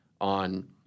on